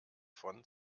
von